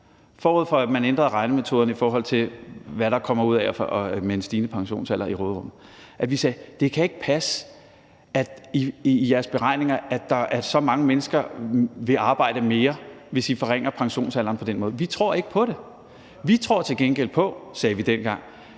forud for at man ændrede regnemetoderne – i forhold til hvad der, hvad angår råderummet, kommer ud af den stigende pensionsalder: Det kan ikke passe, at der ifølge jeres beregninger er så mange mennesker, der vil arbejde mere, hvis I forringer pensionsalderen på den måde; vi tror ikke på det. Vi tror til gengæld på – sagde vi dengang